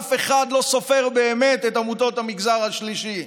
אף אחד לא באמת סופר את עמותות המגזר השלישי.